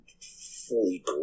fully